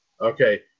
Okay